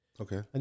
Okay